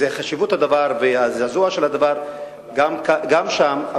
חשיבות הדבר והזעזוע על הדבר גם שם,